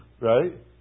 right